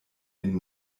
den